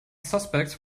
suspects